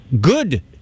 good